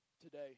today